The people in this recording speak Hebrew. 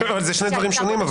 אבל אלה שני דברים שונים.